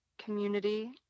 community